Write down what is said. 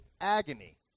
agony